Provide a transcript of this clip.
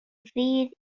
ddydd